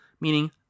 meaning